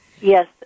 Yes